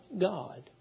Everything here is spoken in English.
God